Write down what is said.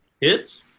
hits